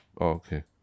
Okay